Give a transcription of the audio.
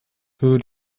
who